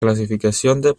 clasificación